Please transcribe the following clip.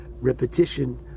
repetition